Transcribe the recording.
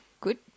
good